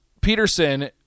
Peterson